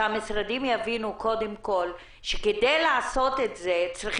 שהמשרדים יבינו קודם כל שכדי לעשות את זה צריך